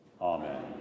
Amen